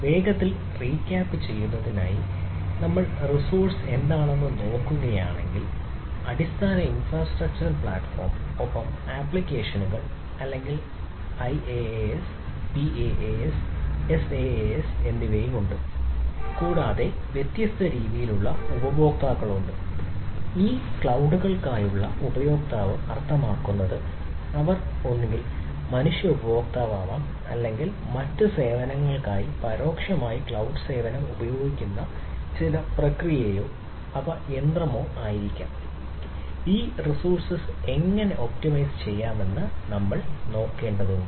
വേഗത്തിൽ റീക്യാപ്പ് ചെയ്യാമെന്ന് നമ്മൾ നോക്കേണ്ടതുണ്ട്